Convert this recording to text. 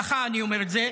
לך אני אומר את זה,